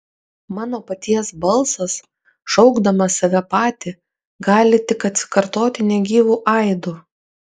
mano paties balsas šaukdamas save patį gali tik atsikartoti negyvu aidu